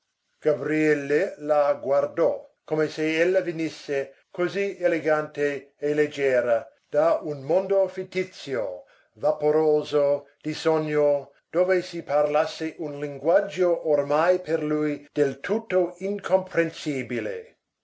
gabriele la guardò come se ella venisse così elegante e leggera da un mondo fittizio vaporoso di sogno dove si parlasse un linguaggio ormai per lui del tutto incomprensibile